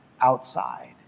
outside